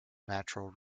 natural